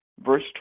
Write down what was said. verse